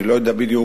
אני לא יודע בדיוק